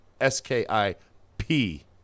S-K-I-P